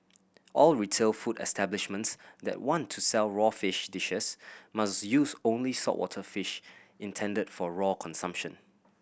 all retail food establishments that want to sell raw fish dishes must use only saltwater fish intended for raw consumption